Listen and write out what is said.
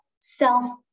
self